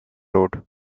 road